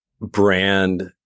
brand